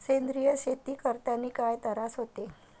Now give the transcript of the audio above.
सेंद्रिय शेती करतांनी काय तरास होते?